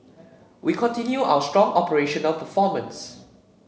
we continue our strong operational performance